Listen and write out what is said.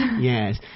Yes